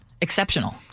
exceptional